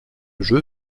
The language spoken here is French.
jeu